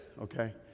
Okay